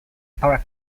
para